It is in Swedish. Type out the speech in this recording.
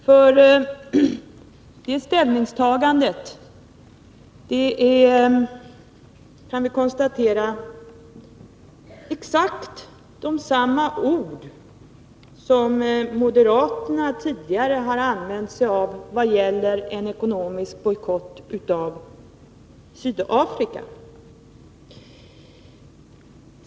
I det ställningstagandet har man använt exakt samma formuleringar som moderaterna tidigare har haft när det har gällt en ekonomisk bojkott av Sydafrika.